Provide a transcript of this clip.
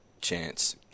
chance